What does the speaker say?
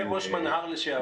אומר ראש מנה"ר לשעבר